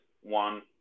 one